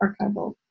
archival